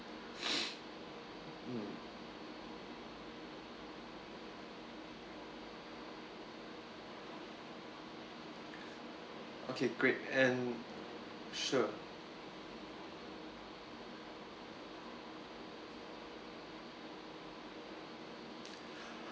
mm okay great and sure